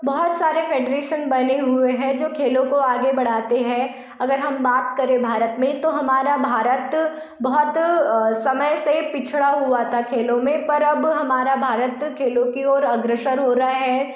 बहुत सारे फेडरेशन बने हुए है जो खेलों को आगे बढ़ाते हैं अगर हम बात करें भारत में तो हमारा भारत बहुत समय से पिछड़ा हुआ था खेलों में पर अब हमारा भारत खेलों की ओर अग्रसर हो रहा है